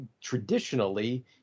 traditionally